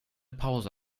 pause